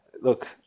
look